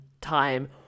time